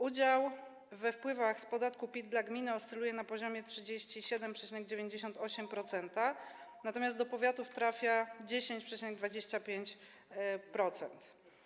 Udział we wpływach z podatku PIT dla gminy oscyluje na poziomie 37,98%, natomiast do powiatów trafia 10,25%.